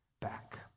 back